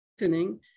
listening